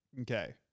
Okay